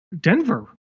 Denver